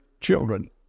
children